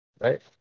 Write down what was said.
right